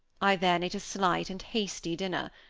i then ate a slight and hasty dinner.